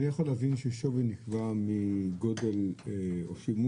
אני יכול להבין ששוויי נקבע מגודל השימוש,